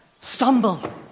stumble